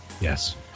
Yes